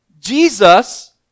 Jesus